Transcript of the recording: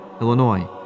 Illinois